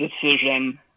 decision